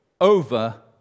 over